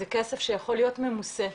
זה כסף שיכול להיות ממוסה,